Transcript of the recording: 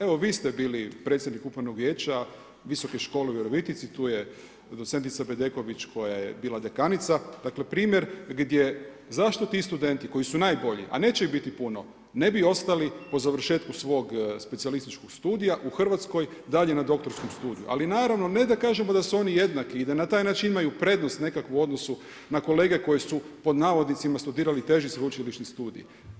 Evo vi ste bili predsjednik Upravnog vijeća Visoke škole u Virovitici, tu je docentica Bedeković koja je bila dekanica, dakle primjer gdje zašto ti studenti koji su najbolji, a neće ih biti puno, ne bi ostali po završetku svog specijalističkog studija u Hrvatskoj dalje na doktorskom studiju, ali naravno ne da kažemo da su oni jednaki i da na taj način imaju prednost nekakvu u odnosu na kolege koji su „studirali teži“ sveučilišni studij.